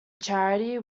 charity